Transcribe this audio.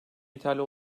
yeterli